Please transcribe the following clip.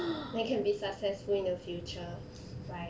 then can be successful in the future right